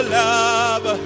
love